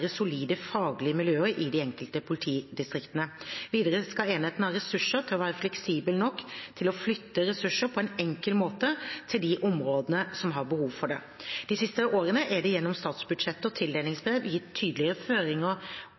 solide faglige miljøer i de enkelte politidistriktene. Videre skal enhetene ha ressurser til å være fleksible nok til å flytte ressurser på en enkel måte til de områdene som har behov for det. De siste årene er det gjennom statsbudsjettet og tildelingsbrev gitt tydelige føringer